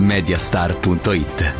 Mediastar.it